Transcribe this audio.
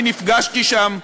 אני נפגשתי שם,